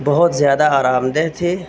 بہت زیادہ آرام دہ تھی